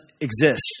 exist